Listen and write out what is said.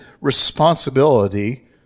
responsibility